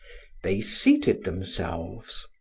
they seated themselves.